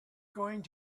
going